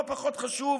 לא פחות חשוב,